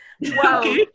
Wow